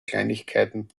kleinigkeiten